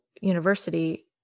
university